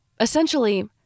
Essentially